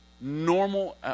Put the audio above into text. normal